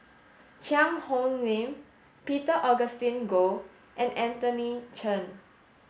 Cheang Hong Lim Peter Augustine Goh and Anthony Chen